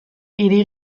hiri